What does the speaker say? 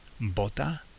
Bota